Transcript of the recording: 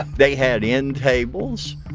they had end tables.